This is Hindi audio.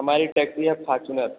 हमारी टैक्सी है फारचुनर